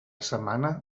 setmana